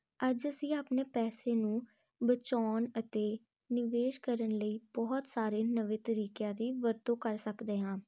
ਅੱਜ ਅਸੀਂ ਆਪਣੇ ਪੈਸੇ ਨੂੰ ਬਚਾਉਣ ਅਤੇ ਨਿਵੇਸ਼ ਕਰਨ ਲਈ ਬਹੁਤ ਸਾਰੇ ਨਵੇਂ ਤਰੀਕਿਆਂ ਦੀ ਵਰਤੋਂ ਕਰ ਸਕਦੇ ਹਾਂ